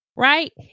Right